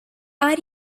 are